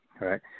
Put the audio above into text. right